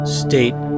state